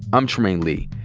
i'm trymaine lee.